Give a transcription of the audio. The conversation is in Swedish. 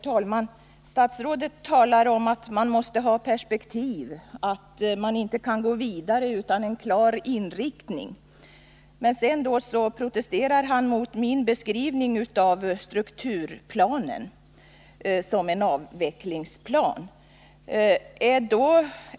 Herr talman! Statsrådet talar om att man måste ha perspektiv, att man inte kan gå vidare utan en klar inriktning. Men sedan protesterar han mot min beskrivning av strukturplanen som en avvecklingsplan.